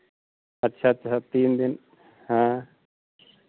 अच्छा अच्छा तीन दिन हाँ